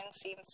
seems